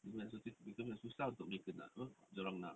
susah untuk mereka nak dia orang nak